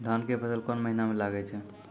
धान के फसल कोन महिना म लागे छै?